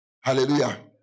Hallelujah